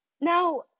Now